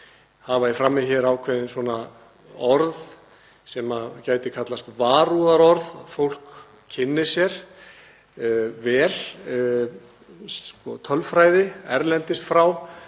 hafa í frammi hér ákveðin orð sem gætu kallast varúðarorð, að fólk kynni sér vel, skoði tölfræði erlendis frá